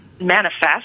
manifest